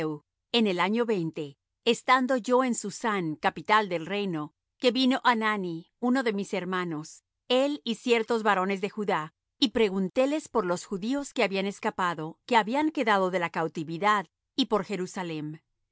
en el año veinte estando yo en susán capital del reino que vino hanani uno de mis hermanos él y ciertos varones de judá y preguntéles por los judíos que habían escapado que habían quedado de la cautividad y por jerusalem